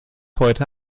heute